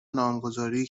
نامگذاری